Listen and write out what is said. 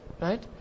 Right